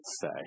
say